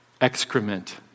excrement